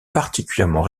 particulièrement